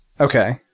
Okay